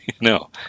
No